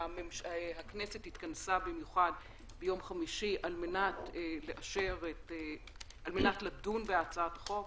הכנסת התכנסה במיוחד ביום חמישי על מנת לדון בהצעת החוק,